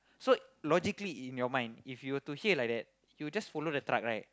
so logically in your mind if you to hear like that you will just follow the truck right